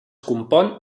compon